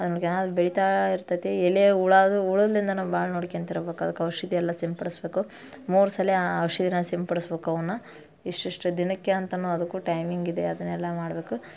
ಬೆಳಿತಾ ಇರ್ತೈತಿ ಎಲಿಯಾಗ ಹುಳಾದು ಹುಳದಿಂದ ನಾವು ಭಾಳ ನೋಡ್ಕ್ಯಂತಿರ್ಬೇಕು ಅದಕ್ಕೆ ಔಷಧಿ ಎಲ್ಲ ಸಿಂಪಡಿಸ್ಬೇಕು ಮೂರು ಸಲ ಆ ಔಷಧಿನ ಸಿಂಪಡಿಸ್ಬೇಕು ಅವನ್ನ ಇಷ್ಟಿಷ್ಟು ದಿನಕ್ಕೆ ಅಂತಲೂ ಅದಕ್ಕೂ ಟೈಮಿಂಗ್ ಇದೆ ಅದನ್ನೆಲ್ಲ ಮಾಡಬೇಕು